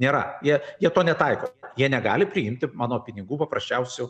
nėra jie jie to netaiko jie negali priimti mano pinigų paprasčiausiu